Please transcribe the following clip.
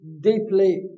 deeply